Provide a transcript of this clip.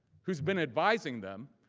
who had been advising them,